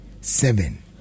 seven